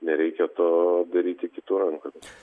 nereikia to daryti kitų rankomis